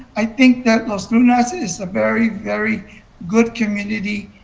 i think that will slowness is very, very good community.